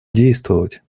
действовать